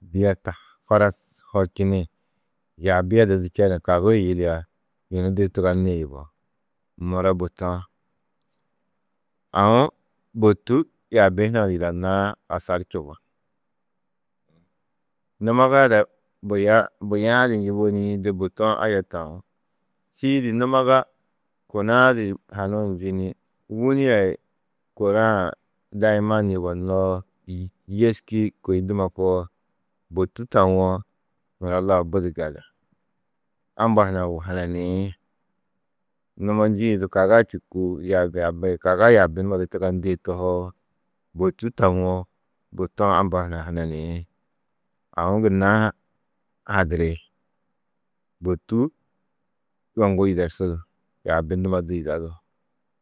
haras hočini, yaabi a di čenu kagii yili a yunu didi tuganîe yugó, muro bôtu-ã. Aũ bôtu yaabi hunã du yidanãá, asar čubu. Numoga ada buya, buya-ã du njûwo ni de bôtu-ã aya tau, čîidi numaga kuna-ã du hanuũ njî ni, wûni a kôraa daiman yugonnoo, yêski kôi nduma koo, bôtu tawo nuro lau budi gali. Amba hunã hananiĩ, numo njîĩ du kaga čûku, kaga yaabi numa du tugandîe tohoo, bôtu tawo, bôtu-ã amba hunã hananiĩ. Aũ gunna ha hadiri: Bôtu yoŋgu yidersudu, yaabi nduma du yidadu.